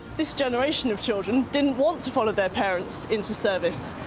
this generation of children didn't want to follow their parents into service.